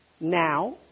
now